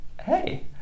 Hey